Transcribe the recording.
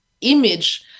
image